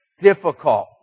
difficult